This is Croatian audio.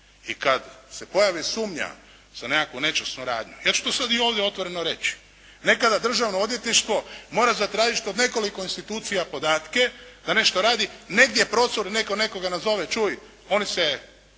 i kada se pojavi sumnja za nekakvu nečasnu radnju, ja ću to sada i ovdje otvoreno reći. Nekada Državno odvjetništvo mora zatražiti od nekoliko institucija podatke da nešto radi, negdje procuri, netko nekoga nazove, čuj oni se